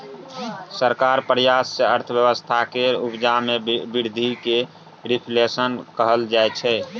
सरकारक प्रयास सँ अर्थव्यवस्था केर उपजा मे बृद्धि केँ रिफ्लेशन कहल जाइ छै